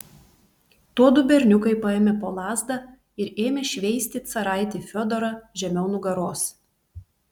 tuodu berniukai paėmė po lazdą ir ėmė šveisti caraitį fiodorą žemiau nugaros